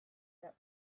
that